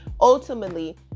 ultimately